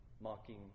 mocking